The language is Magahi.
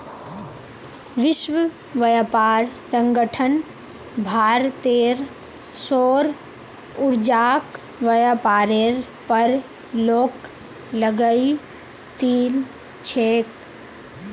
विश्व व्यापार संगठन भारतेर सौर ऊर्जाक व्यापारेर पर रोक लगई दिल छेक